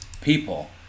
people